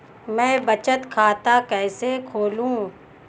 मैं बचत खाता कैसे खोलूं?